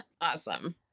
Awesome